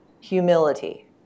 Humility